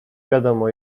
wiadomo